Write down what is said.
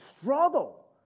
struggle